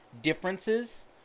differences